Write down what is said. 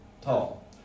tall